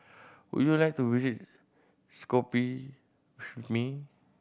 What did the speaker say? would you like to visit Skopje with me